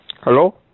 Hello